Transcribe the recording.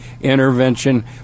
intervention